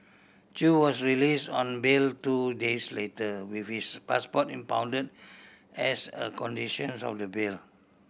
Chew was release on bail two days later with his passport impound as a condition sense of the bail